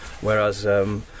whereas